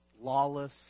lawless